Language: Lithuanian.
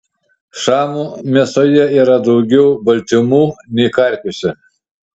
šamų mėsoje yra daugiau baltymų nei karpiuose